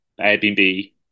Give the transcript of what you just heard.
Airbnb